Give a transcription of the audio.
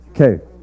Okay